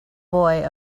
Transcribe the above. boy